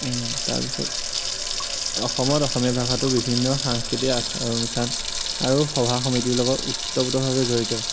তাৰপিছত অসমত অসমীয়া ভাষাটো বিভিন্ন সাংস্কৃতিক আচাৰ অনুষ্ঠান আৰু সভা সমিতিৰ লগত ওতপ্ৰোতভাৱে জড়িত